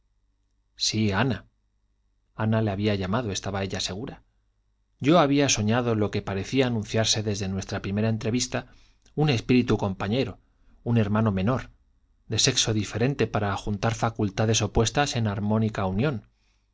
respecto de ella sí ana ana la había llamado estaba ella segura yo había soñado lo que parecía anunciarse desde nuestra primer entrevista un espíritu compañero un hermano menor de sexo diferente para juntar facultades opuestas en armónica unión